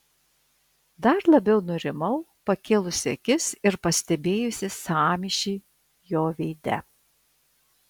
dar labiau nurimau pakėlusi akis ir pastebėjusi sąmyšį jo veide